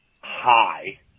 high